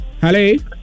Hello